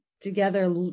together